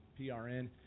PRN